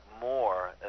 more